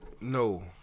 No